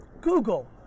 Google